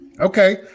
Okay